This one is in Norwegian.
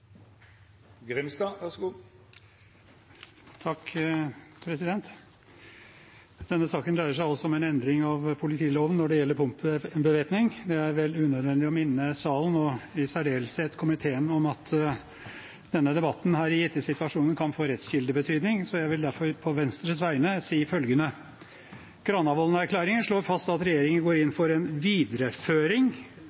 Denne saken dreier seg altså om en endring av politiloven når det gjelder punktet om bevæpning. Det er vel unødvendig å minne salen og i særdeleshet komiteen om at denne debatten i gitte situasjoner kan få rettskildebetydning, så jeg vil derfor på Venstres vegne si følgende: Granavolden-erklæringen slår fast at regjeringen går inn